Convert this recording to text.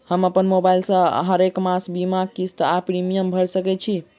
हम अप्पन मोबाइल सँ हरेक मास बीमाक किस्त वा प्रिमियम भैर सकैत छी?